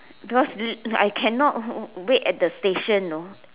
because I cannot wait at the station know